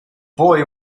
boy